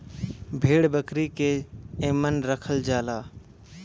भेड़ बकरी के एमन रखल जाला